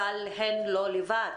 אבל הן לא לבד.